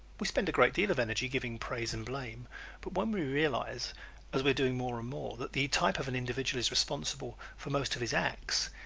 we spend a great deal of energy giving praise and blame but when we realize as we are doing more and more that the type of an individual is responsible for most of his acts,